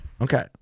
Okay